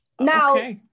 Now